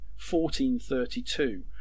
1432